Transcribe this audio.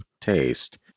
taste